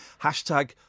Hashtag